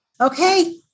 Okay